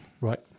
right